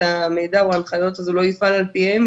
המידע וההנחיות אז הוא לא יפעל על פיהן,